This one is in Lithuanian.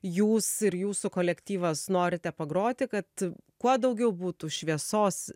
jūs ir jūsų kolektyvas norite pagroti kad kuo daugiau būtų šviesos